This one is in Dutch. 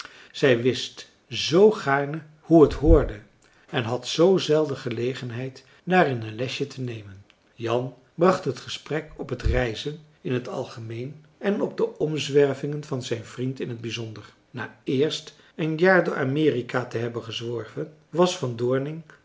zij wist zoo gaarne hoe of t hoorde en had zoo zelden gelegenheid daarin een lesje te nemen jan bracht het gesprek op het reizen in het algemeen en op de omzwervingen van zijn vriend in het bijzonder na eerst een jaar door amerika te hebben gezworven was van doorning